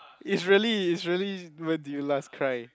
is really is really when did you last cry